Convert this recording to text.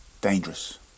dangerous